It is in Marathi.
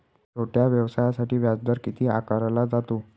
छोट्या व्यवसायासाठी व्याजदर किती आकारला जातो?